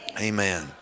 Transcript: Amen